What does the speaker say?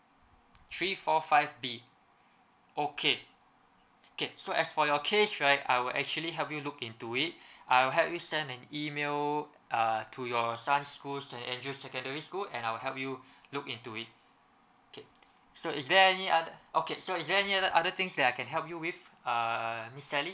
three four five B okay okay so as for your case right I will actually help you look into it I'll help you send an email uh to your son's school saint andrew secondary school and I'll help you look into it okay so is there any other okay so is there any other other things that I can help you with err miss sally